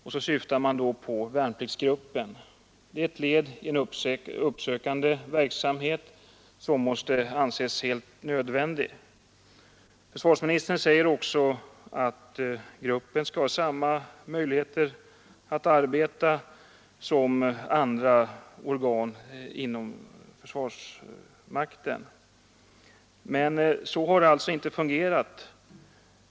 Man syftar då på värnpliktsgruppen. Det är ett led i en uppsökande verksamhet som måste anses helt nödvändig. Försvarsministern säger också att gruppen skall ha samma möjligheter att arbeta som andra organ inom försvarsmakten, men så har det inte fungerat.